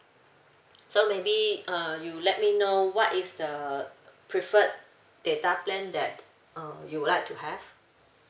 so maybe uh you let me know what is the preferred data plan that uh you would like to have